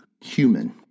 human